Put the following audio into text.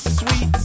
sweet